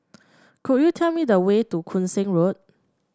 could you tell me the way to Koon Seng Road